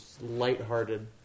lighthearted